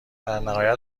درنهایت